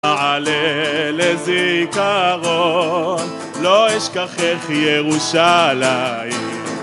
מעלה לזיכרון, לא אשכחך ירושלים